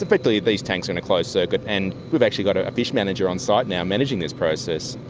effectively these tanks are on a closed-circuit, and we've actually got a fish manager on site now managing this process.